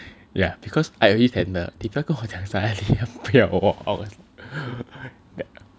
ya because I already tender 你不要跟我讲 suddenly 你不要我